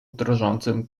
drżącym